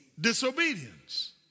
Disobedience